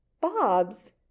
Bob's